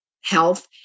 health